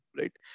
Right